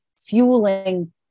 fueling